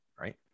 right